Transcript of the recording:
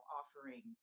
offering